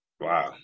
Wow